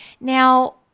Now